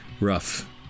rough